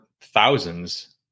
thousands